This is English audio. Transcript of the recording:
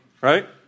right